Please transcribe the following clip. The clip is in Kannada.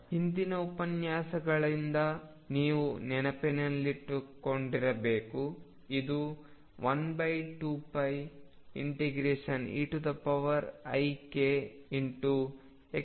ಹಿಂದಿನ ಉಪನ್ಯಾಸಗಳಿಂದ ನೀವು ನೆನಪಿನಲ್ಲಿಟ್ಟುಕೊಂಡಿರಬೇಕು ಇದು 12π∫eikdk ಆಗಿರುತ್ತದೆ